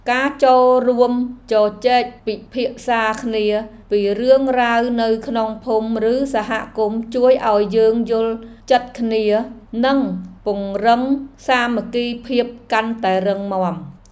ការចូលរួមជជែកពិភាក្សាគ្នាពីរឿងរ៉ាវនៅក្នុងភូមិឬសហគមន៍ជួយឱ្យយើងយល់ចិត្តគ្នា និងពង្រឹងសាមគ្គីភាពកាន់តែរឹងមាំ។